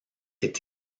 est